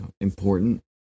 important